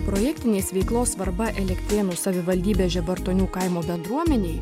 projektinės veiklos svarba elektrėnų savivaldybės žibartonių kaimo bendruomenei